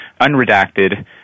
unredacted